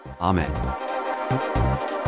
Amen